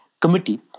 committee